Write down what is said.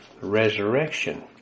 resurrection